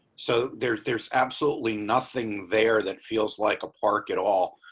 so there's there's absolutely nothing there that feels like a park at all.